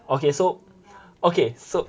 okay so okay so